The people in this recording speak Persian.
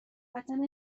قطعا